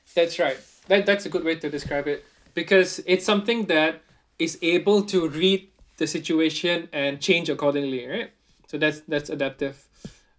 that's right that that's a good way to describe it because it's something that is able to read the situation and change accordingly right so that's that's adaptive